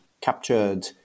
captured